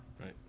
right